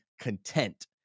content